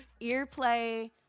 Earplay